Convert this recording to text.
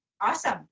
awesome